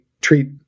treat